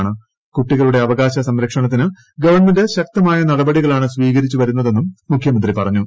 കൂട്ടികളുടെ അവകാശ സംരക്ഷണത്തിന് ഗവൺമെന്റ് ശക്തമായ നടപടികളാണ് സ്വീകരിച്ചു വരുന്നതെന്നും മുഖ്യമന്ത്രി പറഞ്ഞു